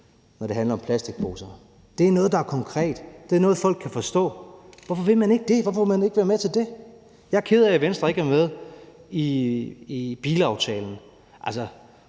når det handler om plastikposer. Det er noget, der er konkret; det er noget, folk kan forstå. Hvorfor vil man ikke det? Hvorfor vil man ikke være med til det? Jeg er ked af, at Venstre ikke er med i bilaftalen. Altså,